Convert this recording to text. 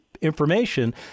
information